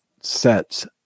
sets